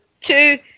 two